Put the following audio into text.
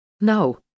No